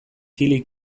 kili